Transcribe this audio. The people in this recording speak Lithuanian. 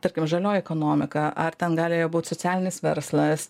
tarkim žalioji ekonomika ar ten gali būti socialinis verslas